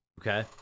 Okay